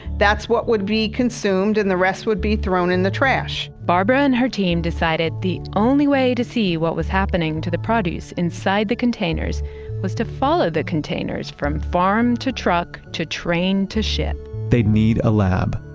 that's what would be consumed and the rest would be thrown in the trash barbara and her team decided the only way to see what was happening to the produce inside the containers was to follow the containers from farm to truck to train to ship they'd need a lab,